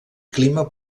clima